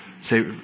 say